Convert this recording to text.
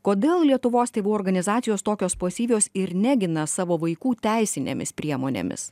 kodėl lietuvos tėvų organizacijos tokios pasyvios ir negina savo vaikų teisinėmis priemonėmis